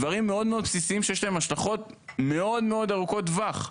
דברים מאוד בסיסיים שיש להם השלכות מאוד ארוכות טווח.